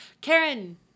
Karen